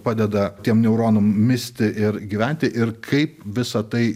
padeda tiem neuronum misti ir gyventi ir kaip visa tai